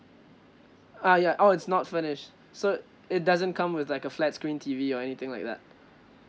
ah ya orh it's not furnished so it doesn't come with like a flat screen T_V or anything like that